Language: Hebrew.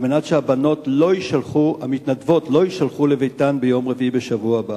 על מנת שהמתנדבות לא יישלחו לביתן ביום רביעי בשבוע הבא.